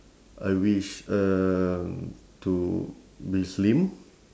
I wish um to be slim